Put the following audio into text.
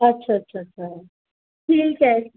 अच्छा अच्छा अच्छा ठीकु है